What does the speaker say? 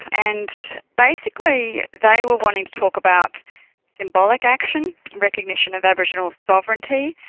and basically they were wanting to talk about symbolic action, recognition of aboriginal sovereignty,